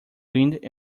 wind